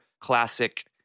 classic